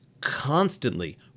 constantly